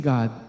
God